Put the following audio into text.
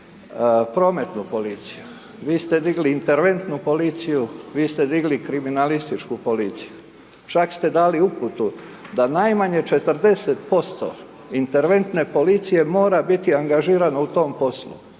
prometnu policiju. Vi ste digli interventnu policiju, vi ste digli kriminalističku policiju. Čak ste dali uputu, da najmanje 40% interventne policije mora biti angažirano u tom poslu.